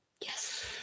Yes